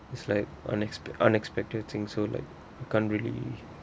it's like unexpect~ unexpected thing so like I can't really